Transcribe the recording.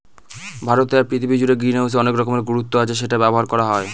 ভারতে আর পৃথিবী জুড়ে গ্রিনহাউসের অনেক রকমের গুরুত্ব আছে সেটা ব্যবহার করা হয়